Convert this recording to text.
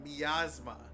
miasma